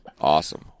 Awesome